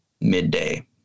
midday